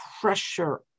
pressure